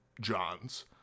johns